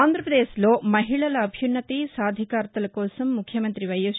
ఆంధ్రప్రదేశ్ లో మహిళల అభ్యున్నతి సాధికారత కోసం ముఖ్యమంతి వై యస్